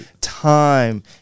time